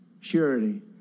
surety